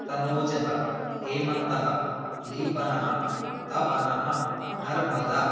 तनूजः हेमन्तः लीपनः तापनः नर्मदा